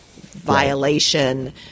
violation